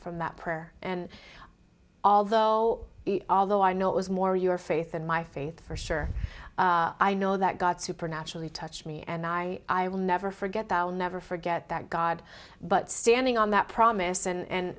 from that prayer and although although i know it was more your faith and my faith for sure i know that god supernaturally touch me and i will never forget i'll never forget that god but standing on that promise and